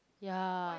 ya